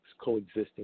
coexisting